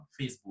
Facebook